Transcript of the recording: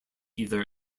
either